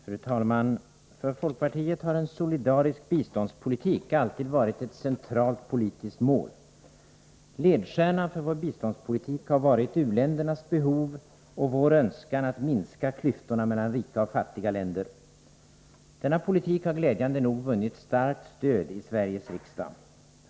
Fru talman! För folkpartiet har en solidarisk biståndspolitik alltid varit ett centralt politiskt mål. Ledstjärnan för vår biståndspolitik har varit uländernas behov och vår önskan att minska klyftorna mellan rika och fattiga länder. Denna politik har glädjande nog vunnit starkt stöd i Sveriges riksdag.